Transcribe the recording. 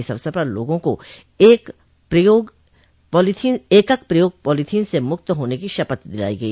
इस अवसर पर लोगों को एकल प्रयोग पालीथिन से मुक्त होने की शपथ दिलाई गई